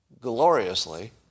gloriously